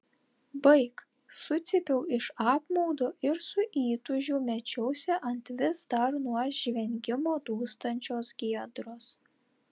baik sucypiau iš apmaudo ir su įtūžiu mečiausi ant vis dar nuo žvengimo dūstančios giedros